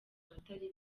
abatari